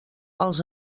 els